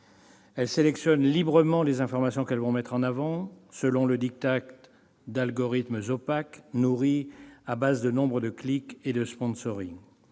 Ils sélectionnent librement les informations qu'ils vont mettre en avant, selon le diktat d'algorithmes opaques nourris de nombre de clics et de. Monsieur